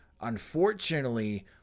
Unfortunately